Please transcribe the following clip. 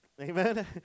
Amen